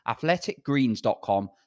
athleticgreens.com